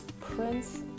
Prince